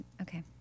Okay